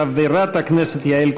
חברת הכנסת יעל כהן-פארן,